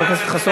מעל מיליון איש.